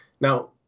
Now